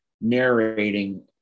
narrating